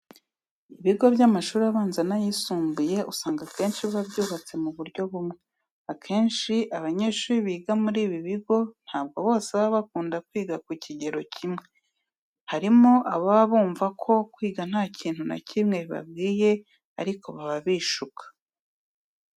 Ibigo by'amashuri abanza n'ayisumbuye usanga akenshi biba byubatse mu buryo bumwe. Akenshi abanyeshuri biga muri ibi bigo ntabwo bose baba bakunda kwiga ku kigero kimwe. Harimo ababa bumva ko kwiga nta kintu na kimwe bibabwiye ariko baba bishuka.